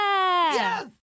Yes